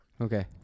okay